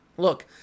look